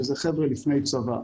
שזה חבר'ה לפני צבא.